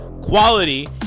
Quality